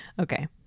Okay